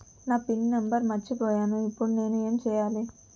నా PIN number మర్చిపోయాను ఇప్పుడు నేను ఎంచేయాలి?